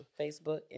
Facebook